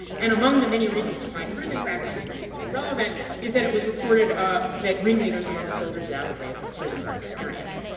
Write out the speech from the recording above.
and among the many reasons to find prison practices particularly relevant is that it was reported ah that ringleaders among the soldiers at abu ghraib had prison guard experience.